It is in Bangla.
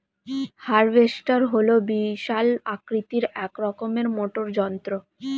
হার্ভেস্টার হল বিশাল আকৃতির এক রকমের মোটর যন্ত্র